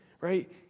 right